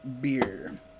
beer